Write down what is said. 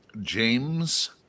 James